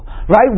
right